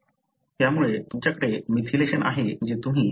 त्यामुळे तुमच्याकडे मिथिलेशन आहे जे तुम्ही येथे पाहता